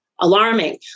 Alarming